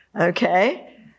Okay